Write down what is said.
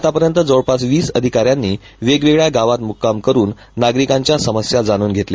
आतापर्यंत जवळपास वीस अधिकाऱ्यांनी वेगवेगळ्या गावात मुक्काम करून नागरिकांच्या समस्या जाणून घेतल्या